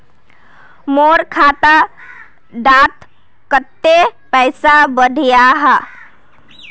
मोर खाता डात कत्ते पैसा बढ़ियाहा?